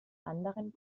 anderen